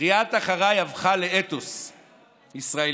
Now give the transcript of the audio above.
קריאת "אחריי" הפכה לאתוס ישראלי,